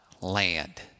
land